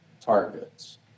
targets